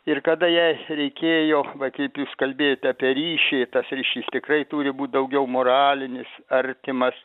ir kada jai reikėjo va kai jūs kalbėjote apie ryšį tas ryšys tikrai turi būt daugiau moralinis artimas